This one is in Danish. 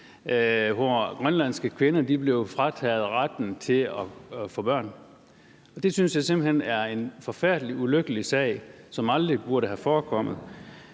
hvor grønlandske kvinder blev frataget retten til at få børn, og det synes jeg simpelt hen er en forfærdelig ulykkelig sag, som aldrig burde have forekommet.